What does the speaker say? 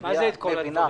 מה זה "כל הדברים"?